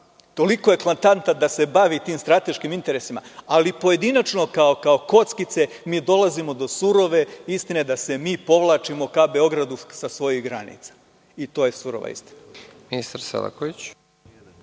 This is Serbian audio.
toliko je eklatantan da se bavi tim strateškim interesima, ali pojedinačno, kao kockice, mi dolazimo do surove istine da se mi povlačimo ka Beogradu sa svojih granica. I to je surova istina.